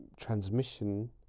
transmission